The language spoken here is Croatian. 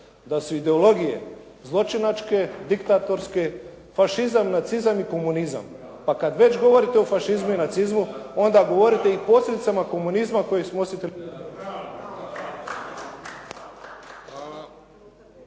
da su ideologije zločinačke, diktatorske fašizam, nacizam i komunizam. Pa kad već govorite o fašizmu i nacizmu onda govorite i o posljedicama komunizma koje smo osjetili